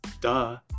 duh